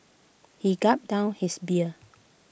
he gulped down his beer